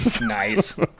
Nice